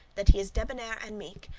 that he is debonair and meek,